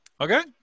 Okay